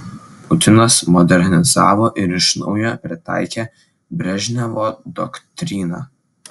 putinas modernizavo ir iš naujo pritaikė brežnevo doktriną